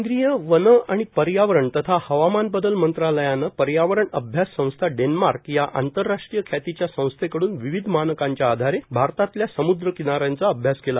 केंद्रीय वन आणि पर्यावरण तथा हवामानबदल मंत्रालयान पर्यावरण अभ्यास संस्था डेन्मार्क या आंतरराष्ट्रीय ख्यातीच्या संस्थेकड्न विविध मानकांच्या आधारे भारतातल्या सम्द्र किनाऱ्यांचा अभ्यास केला